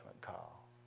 call